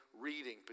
reading